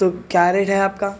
تو کیا ریٹ ہے آپ کا